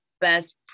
best